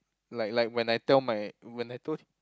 like like when I tell my when I told